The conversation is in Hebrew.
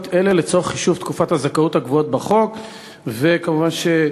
לגבי פעילות למיגור צעצועים מסוכנים,